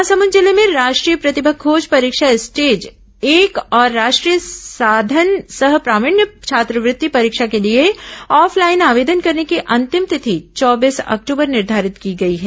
महासमुंद जिले में राष्ट्रीय प्रतिभा खोज परीक्षा स्टेज एक और राष्ट्रीय साधन सह प्रावीण्य छात्रवृत्ति परीक्षा के लिए ऑफलाइन आवेदन करने की अंतिम तिथि चौबीस अक्टूबर निर्धारित की गई है